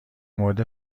مورد